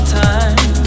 time